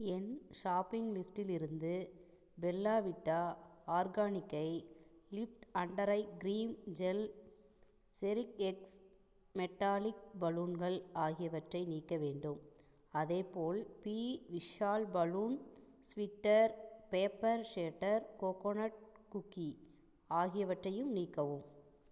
என் shopping லிஸ்ட்டிலிருந்து Bella Vita ஆர்கானிக்கை lift under eye cream gel செரிக் எக்ஸ் மெட்டாலிக் பலூன்கள் ஆகியவற்றை நீக்க வேண்டும் அதேபோல் பி விஷால் balloon sweater paper shredder coconut cookie ஆகியவற்றையும் நீக்கவும்